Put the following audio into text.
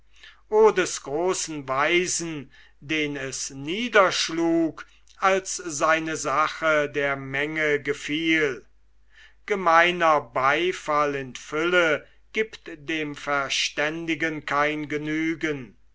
des großen weisen den es niederschlug daß seine sache der menge gefiel ein griechischer redner fragte als das volk ihm beifall zurief betroffen seine freunde habe ich etwas verkehrtes gesagt gemeiner beifall in fülle giebt dem verständigen kein genügen